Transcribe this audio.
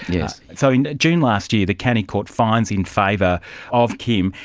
yeah so in june last year the county court finds in favour of kim,